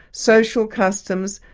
social customs,